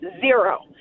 zero